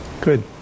Good